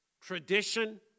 tradition